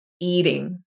eating